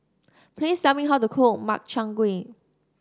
please tell me how to cook Makchang Gui